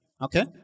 Okay